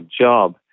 job